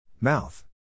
Mouth